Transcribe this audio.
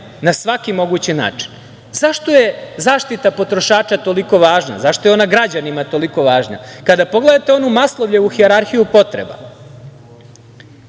na svaki mogući način.Zašto je zaštita potrošača toliko važna, zašto je ona građanima toliko važna? Kada pogledate onu Maslovljevu hijerarhiju potreba,